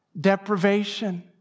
deprivation